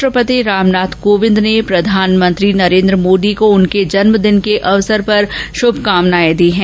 राष्ट्रपति रामनाथ कोविंद ने प्रधानमंत्री नरेंद्र मोदी को उनके जन्मदिन के अवसर पर श्भकामनाएं दी हैं